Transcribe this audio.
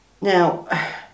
Now